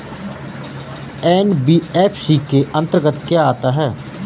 NBFC के अंतर्गत क्या आता है?